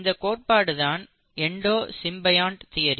இந்த கோட்பாடுதான் endosymbiont theory